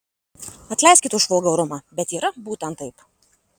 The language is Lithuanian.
atleiskit už vulgarumą bet yra būtent taip